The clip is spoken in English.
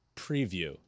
preview